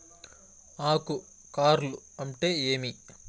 ఆకు కార్ల్ అంటే ఏమి?